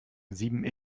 sieben